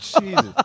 Jesus